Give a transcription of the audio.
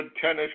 Tennis